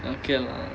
okay lah